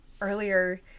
earlier